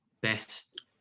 best